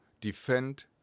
defend